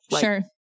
Sure